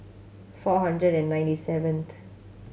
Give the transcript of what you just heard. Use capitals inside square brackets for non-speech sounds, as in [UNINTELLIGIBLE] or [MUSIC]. four hundred and ninety seven [UNINTELLIGIBLE]